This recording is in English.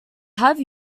have